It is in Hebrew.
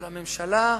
אבל לממשלה,